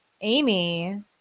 Amy